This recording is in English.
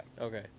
Okay